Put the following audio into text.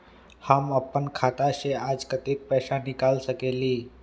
हम अपन खाता से आज कतेक पैसा निकाल सकेली?